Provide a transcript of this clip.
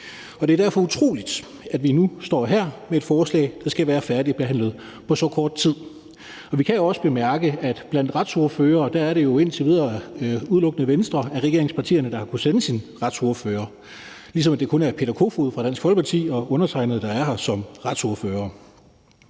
Det er derfor utroligt, at vi nu står her med et forslag, der skal være færdigbehandlet på så kort tid. Vi kan også bemærke, at blandt retsordførere er det jo indtil videre udelukkende Venstre af regeringspartierne, der har kunnet sende sin retsordfører, ligesom det kun er Peter Kofod fra Dansk Folkeparti og undertegnede, der er her som retsordførere.